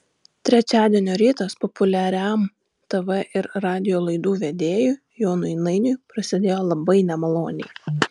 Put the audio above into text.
trečiadienio rytas populiariam tv ir radijo laidų vedėjui jonui nainiui prasidėjo labai nemaloniai